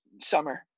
summer